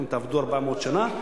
אתם תעבדו 400 שנה,